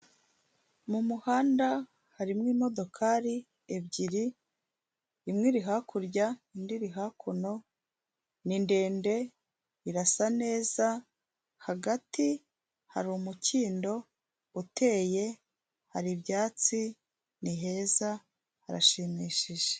M'umuhanda harimo imodokari ebyiri imwe iri hakurya indi iri hakuno ni ndende irasa neza hagati harimukindo uteye haribyatsi ni heza harashimishije.